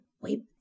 Wait